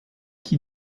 qui